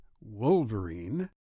Wolverine